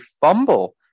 fumble